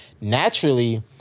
naturally